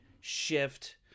shift